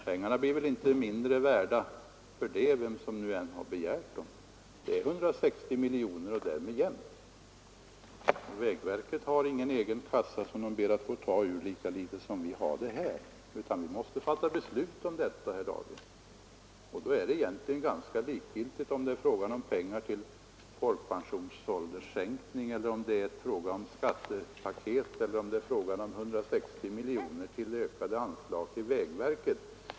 Pengarna blir väl inte mindre värda, vem som nu än har begärt dem. Det gäller 160 miljoner och därmed jämnt. Vägverket har ingen egen kassa som verket ber att få ta ur, lika litet som vi har det här. Vi måste fatta beslut om detta, herr Dahlgren, och då är det ganska likgiltigt om det gäller pengar till en sänkning av folkpensionsåldern, pengar till ett skattepaket eller 160 miljoner i ökade anslag till vägverket.